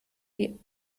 die